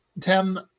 Tim